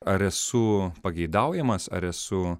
ar esu pageidaujamas ar esu